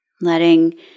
letting